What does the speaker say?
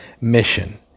mission